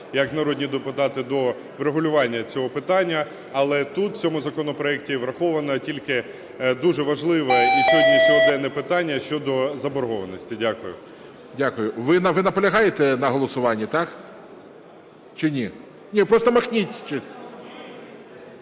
як народні депутати до врегулювання цього питання. Але тут в цьому законопроекті враховано тільки дуже важливе і сьогоденне питання щодо заборгованості. Дякую. ГОЛОВУЮЧИЙ. Дякую. Ви наполягаєте на голосуванні, так чи ні? Ні, просто махніть…